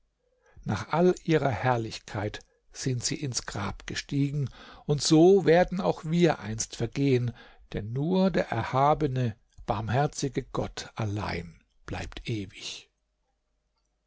nach aller ihrer herrlichkeit sind sie ins grab gestiegen und so werden auch wir einst vergehen denn nur der erhabene barmherzige gott allein bleibt ewig